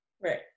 Right